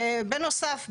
בנוסף,